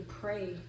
pray